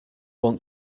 want